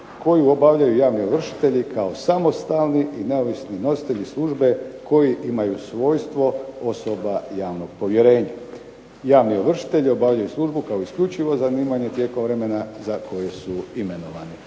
koju obavljaju javni ovršitelji kao samostalni i neovisni nositelji službe koji imaju svojstvo osoba javnog povjerenja. Javni ovršitelji obavljaju službu kao isključivo zanimanje tijekom vremena za koji su imenovani.